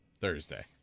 Thursday